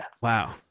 Wow